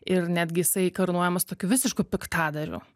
ir netgi jisai karūnuojamas tokiu visišku piktadariu